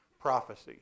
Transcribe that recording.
prophecy